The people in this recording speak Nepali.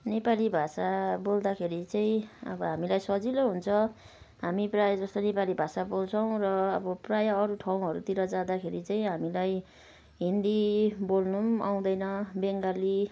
नेपाली भाषा बोल्दाखेरि चाहिँ अब हामीलाई सजिलो हुन्छ हामी प्रायः जसो नेपाली भाषा बोल्छौँ र अब प्रायः अरू ठाउँहरूतिर जाँदाखेरि चाहिँ हामीलाई हिन्दी बोल्नु पनि आउँदैन बङ्गाली